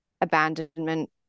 abandonment